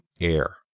air